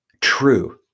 True